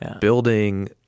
building